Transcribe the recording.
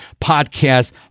podcast